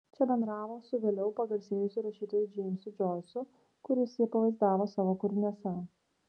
čia bendravo su vėliau pagarsėjusiu rašytoju džeimsu džoisu kuris jį pavaizdavo savo kūriniuose